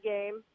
Game